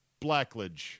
Blackledge